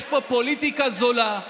יש פה פוליטיקה זולה.